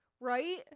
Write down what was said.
Right